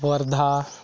Wardha